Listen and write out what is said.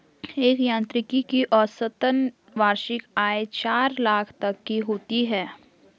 एक यांत्रिकी की औसतन वार्षिक आय चार लाख तक की होती है